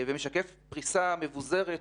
ומשקף פריסה מבוזרת,